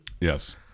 Yes